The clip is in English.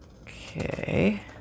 Okay